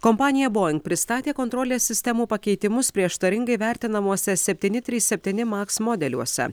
kompanija bojing pristatė kontrolės sistemų pakeitimus prieštaringai vertinamuose septyni trys septyni maks modeliuose